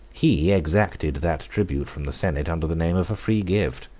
he exacted that tribute from the senate under the name of a free gift.